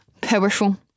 powerful